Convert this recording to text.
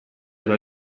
sua